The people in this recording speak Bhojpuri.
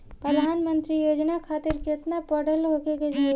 प्रधानमंत्री योजना खातिर केतना पढ़ल होखे के होई?